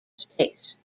space